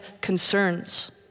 concerns